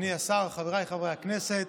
אדוני השר, חבריי חברי הכנסת,